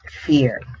fear